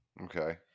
Okay